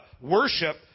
worship